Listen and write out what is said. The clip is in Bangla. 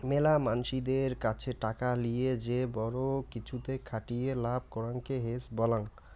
মেলা মানসিদের কাছে টাকা লিয়ে যে বড়ো কিছুতে খাটিয়ে লাভ করাঙকে হেজ বলাং